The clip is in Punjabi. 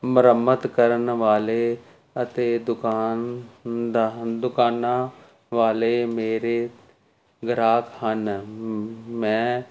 ਮੁਰੰਮਤ ਕਰਨ ਵਾਲੇ ਅਤੇ ਦੁਕਾਨਦਾਰ ਦੁਕਾਨਾਂ ਵਾਲੇ ਮੇਰੇ ਗ੍ਰਾਹਕ ਹਨ ਮੈਂ